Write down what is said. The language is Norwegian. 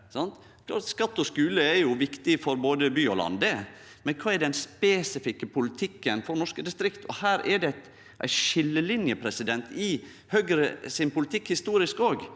Skatt og skule er viktig for både by og land, det, men kva er den spesifikke politikken for norske distrikt? Her er det ei skiljelinje i Høgre sin politikk historisk òg.